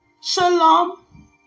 Shalom